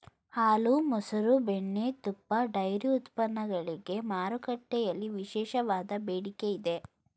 ಹಾಲು, ಮಸರು, ಬೆಣ್ಣೆ, ತುಪ್ಪ, ಡೈರಿ ಉತ್ಪನ್ನಗಳಿಗೆ ಮಾರುಕಟ್ಟೆಯಲ್ಲಿ ವಿಶೇಷವಾದ ಬೇಡಿಕೆ ಇದೆ